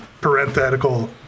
parenthetical